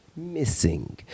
Missing